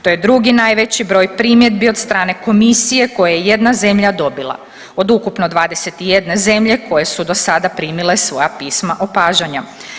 To je drugi najveći broj primjedbi od strane komisije koje je jedna zemlja dobila od ukupno 21 zemlje koje su dosada primile svoja pisma opažanja.